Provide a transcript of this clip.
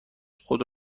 خود